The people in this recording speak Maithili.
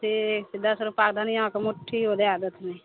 ठीक दश रुपआके धनिआके मुट्ठियो दै देथिन